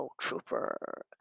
Trooper